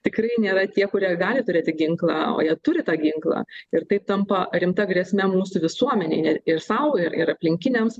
tikrai nėra tie kurie gali turėti ginklą o jie turi tą ginklą ir tai tampa rimta grėsme mūsų visuomenėj ir sau ir ir aplinkiniams